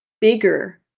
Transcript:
bigger